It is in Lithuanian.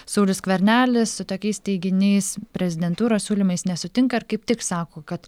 saulius skvernelis su tokiais teiginiais prezidentūros siūlymais nesutinka ir kaip tik sako kad